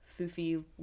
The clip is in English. foofy